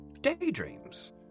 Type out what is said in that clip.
Daydreams